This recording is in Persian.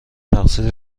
تقصیر